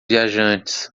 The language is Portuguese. viajantes